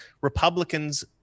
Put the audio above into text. Republicans